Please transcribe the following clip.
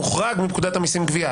מוחרג מפקודת המיסים (גבייה).